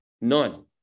None